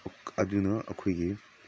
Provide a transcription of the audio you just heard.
ꯑꯗꯨꯅ ꯑꯩꯈꯣꯏꯒꯤ